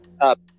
up